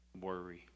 worry